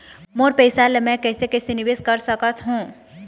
मोर पैसा ला मैं कैसे कैसे निवेश कर सकत हो?